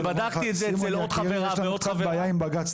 יש לנו קצת בעיה עם בג"ץ,